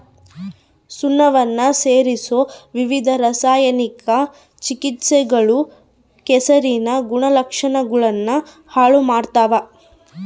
ಸುಣ್ಣವನ್ನ ಸೇರಿಸೊ ವಿವಿಧ ರಾಸಾಯನಿಕ ಚಿಕಿತ್ಸೆಗಳು ಕೆಸರಿನ ಗುಣಲಕ್ಷಣಗುಳ್ನ ಹಾಳು ಮಾಡ್ತವ